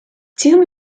two